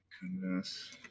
goodness